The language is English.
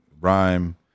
rhyme